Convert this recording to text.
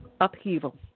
upheaval